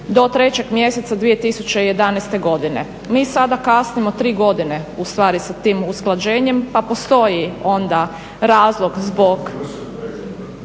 do 3. mjeseca 2011. godine. Mi sada kasnimo tri godine ustvari sa tim usklađenjem pa postoji onda razlog zbog…